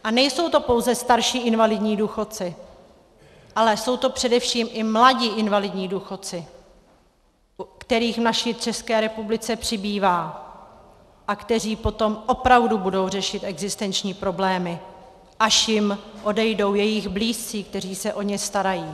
A nejsou to pouze starší invalidní důchodci, ale jsou to především i mladí invalidní důchodci, kterých v České republice přibývá a kteří potom opravdu budou řešit existenční problémy, až jim odejdou jejich blízcí, kteří se o ně starají.